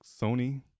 Sony